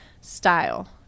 style